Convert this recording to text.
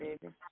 baby